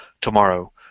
tomorrow